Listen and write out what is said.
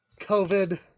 COVID